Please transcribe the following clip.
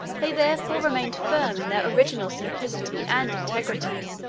they therefore remained firm in their original simplicity and integrity,